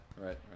right